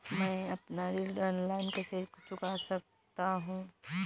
मैं अपना ऋण ऑनलाइन कैसे चुका सकता हूँ?